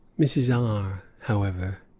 mrs. r, however,